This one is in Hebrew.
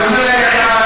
באמת,